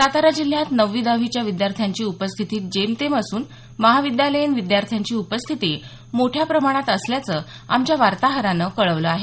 सातारा जिल्ह्यात नववी दहावीच्या विद्यार्थ्यांची उपस्थिती जेमतेम असून महाविद्यालयीन विद्यार्थ्यांची उपस्थिती मोठ्या प्रमाणात असल्याचं आमच्या वार्ताहरानं कळवलं आहे